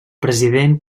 president